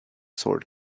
sword